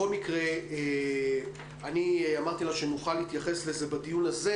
בכל מקרה אמרתי לה שנוכל להתייחס לזה בדיון הזה,